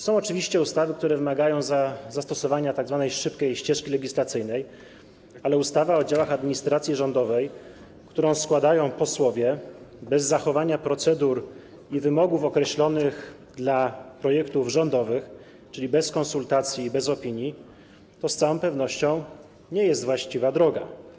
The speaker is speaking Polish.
Są oczywiście ustawy, które wymagają zastosowania tzw. szybkiej ścieżki legislacyjnej, ale składanie projektu ustawy o działach administracji rządowej przez posłów bez zachowania procedur i wymogów określonych dla projektów rządowych, czyli bez konsultacji i bez opinii, to z całą pewnością nie jest właściwa droga.